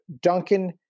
Duncan